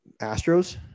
Astros